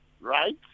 right